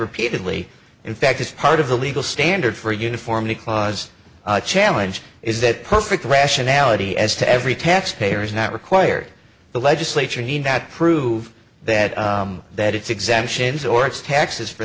repeatedly in fact it's part of the legal standard for uniformity clause challenge is that perfect rationality as to every taxpayer is not required the legislature need not prove that that it's exemptions or it's taxes for